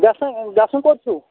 گژھُن گژھُن کوٚت چھُو